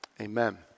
Amen